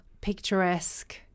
picturesque